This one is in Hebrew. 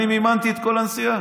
אני מימנתי את כל הנסיעה.